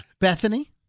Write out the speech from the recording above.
Bethany